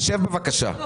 לא.